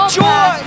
joy